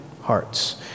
hearts